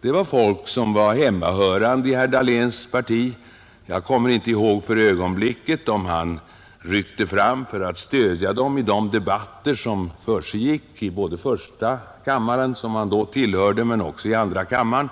Det var folk som var hemmahörande i herr Dahléns parti. Jag kommer inte ihåg för ögonblicket om herr Dahlén i de debatter som försiggick både i första kammaren, som han då tillhörde, men också i andra kammaren